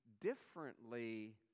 differently